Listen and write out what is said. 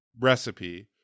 recipe